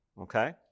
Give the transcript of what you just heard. okay